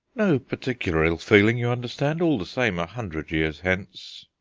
no particular ill-feeling, you understand all the same a hundred years hence.